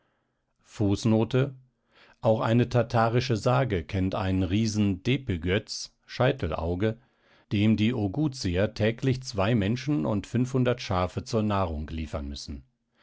auch eine tatarische sage kennt einen riesen depeghöz scheitelauge dem die oghuzier täglich zwei menschen und fünfhundert schafe zur nahrung liefern müssen